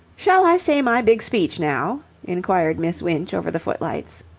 shall i say my big speech now? inquired miss winch, over the footlights.